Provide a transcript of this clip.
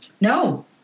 no